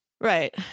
right